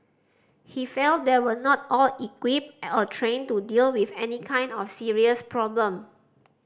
he felt they were not all equipped or trained to deal with any kind of serious problem